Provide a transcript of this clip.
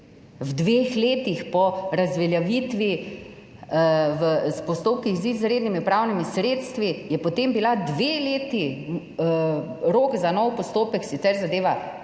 V dveh letih po razveljavitvi v postopkih z izrednimi pravnimi sredstvi je potem bila dve leti rok za nov postopek, sicer zadeva